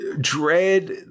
Dread